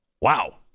Wow